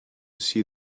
see